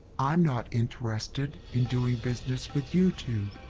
ah not interested in doing business with you two.